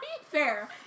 Fair